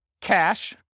cash